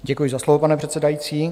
Děkuji za slovo, pane předsedající.